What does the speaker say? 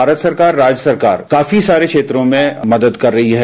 भारत सरकार राज्य सरकार काफी सारे क्षेत्रों में मदद कर रही है